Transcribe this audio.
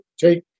take